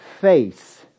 face